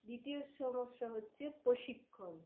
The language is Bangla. দ্বিতীয় সমস্যা হচ্ছে প্রশিক্ষণ